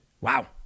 wow